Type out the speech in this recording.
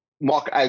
Mark